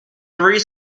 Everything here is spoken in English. three